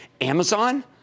Amazon